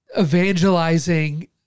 evangelizing